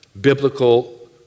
biblical